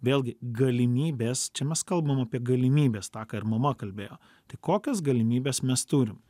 vėlgi galimybės čia mes kalbam apie galimybes tą ką ir mama kalbėjo tai kokias galimybes mes turim